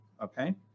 Okay